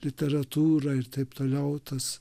literatūrą ir taip toliau tas